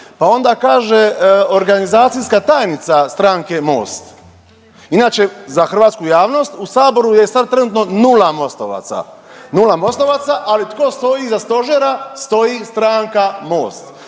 pa onda kaže organizacijska tajnica stranke Most. Inače za hrvatsku javnost u Saboru je sad trenutno nula Mostovaca, nula Mostovaca. Ali tko stoji iza stožera? Stoji stranka Most.